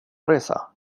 resa